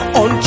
on